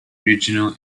regional